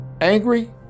angry